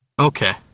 Okay